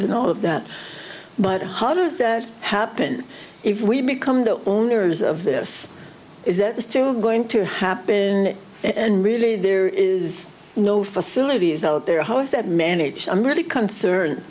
and all of that but how does that happen if we become the owners of this is that still going to happen and really there is no facility is out there how is that managed i'm really concerned